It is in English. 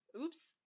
oops